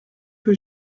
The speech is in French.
que